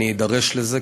אני אדרש לזה,